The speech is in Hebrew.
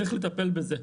צריך לטפל בזה.